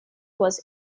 was